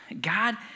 God